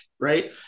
Right